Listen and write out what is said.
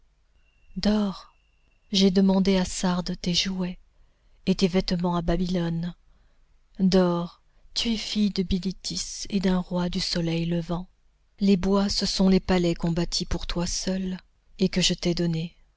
dors j'ai demandé à sardes tes jouets et tes vêtements à babylone dors tu es fille de bilitis et d'un roi du soleil levant les bois ce sont les palais qu'on bâtit pour toi seule et que je t'ai donnés